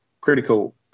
Critical